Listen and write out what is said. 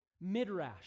Midrash